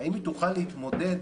האם היא תוכל להתמודד